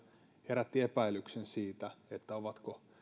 herätti epäilyksen siitä